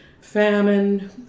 famine